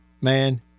man